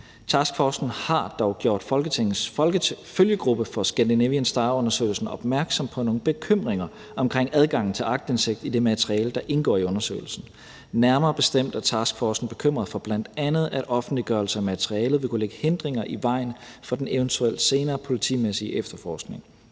Taskforcen har dog gjort Folketingets følgegruppe for »Scandinavian Star«-undersøgelsen opmærksom på nogle bekymringer omkring adgangen til aktindsigt i det materiale, der indgår i undersøgelsen. Nærmere bestemt er taskforcen bekymret for, at bl.a. offentliggørelse af materialet vil kunne lægge hindringer i vejen for den eventuelt senere politimæssige efterforskning.